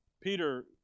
peter